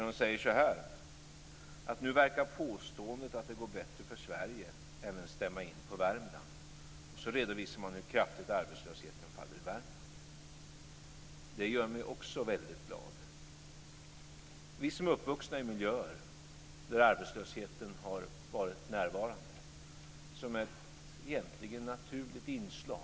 Det står: Nu verkar påståendet att det går bättre för Sverige också stämma in på Värmland. Sedan redovisar man hur kraftigt arbetslösheten faller i Värmland. Det gör mig också väldigt glad. Vi är många som är uppvuxna i miljöer där arbetslösheten har varit närvarande som ett egentligen naturligt inslag.